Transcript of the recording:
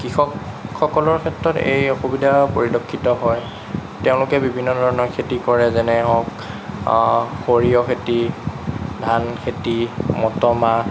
কৃষকসকলৰ ক্ষেত্ৰত এই অসুবিধা পৰিলক্ষিত হয় তেওঁলোকে বিভিন্ন ধৰণৰ খেতি কৰে যেনে ধৰক সৰিয়হ খেতি ধান খেতি মটৰমাহ